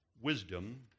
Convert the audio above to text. wisdom